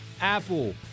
Apple